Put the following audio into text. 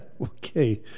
Okay